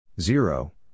Zero